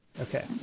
Okay